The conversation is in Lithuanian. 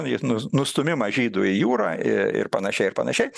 ir nu nustūmimą žydų į jūrą ir panašiai ir panašiai